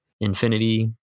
Infinity